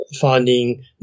finding